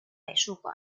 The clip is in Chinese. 美术馆